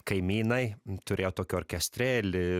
kaimynai turėjo tokį orkestrėlį